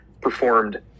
performed